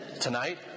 tonight